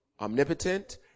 omnipotent